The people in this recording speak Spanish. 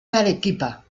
arequipa